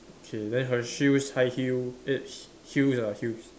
K then her shoes high heel eh h~ heels ah heels